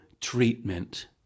treatment